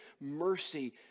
mercy